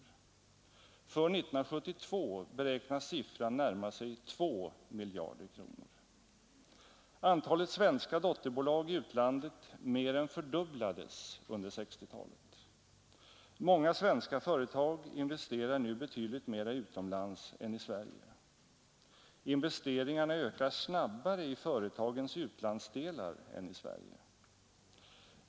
För 1972 beräknas siffran närma sig 2 miljarder kronor. Antalet svenska dotterbolag i utlandet mer än fördubblades under 1960-talet. Många svenska företag investerar nu betydligt mera utomlands än i Sverige. Investeringarna ökas snabbare i företagens utlandsdelar än i Sverige.